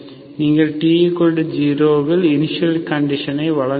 நீங்கள் t0 இல் initial condition யில் வழங்க வேண்டும்